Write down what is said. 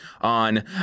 on